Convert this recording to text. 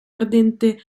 ardente